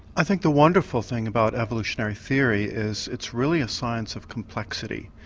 i think the wonderful thing about evolutionary theory is it's really a science of complexity.